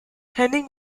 henning